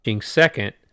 second